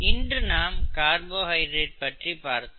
இன்று நாம் கார்போஹைட்ரேட் பற்றி பார்த்தோம்